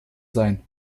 sein